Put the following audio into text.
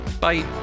Bye